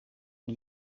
und